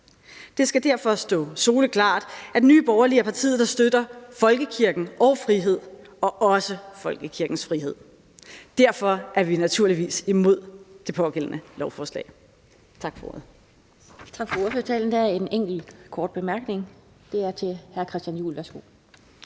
Det skal derfor stå soleklart, at Nye Borgerlige er partiet, der støtter folkekirken og frihed – og også folkekirkens frihed. Derfor er vi naturligvis imod det pågældende beslutningsforslag. Tak for ordet. Kl. 12:01 Den fg. formand (Annette Lind): Tak for ordførertalen. Der er en enkelt kort bemærkning fra hr. Christian Juhl. Værsgo.